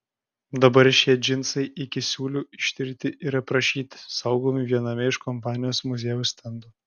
dabar šie džinsai iki siūlių ištirti ir aprašyti saugomi viename iš kompanijos muziejaus stendų